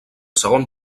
segon